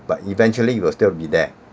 but eventually you will still be there